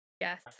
Yes